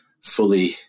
fully